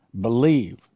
believe